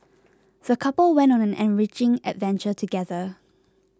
the couple went on an enriching adventure together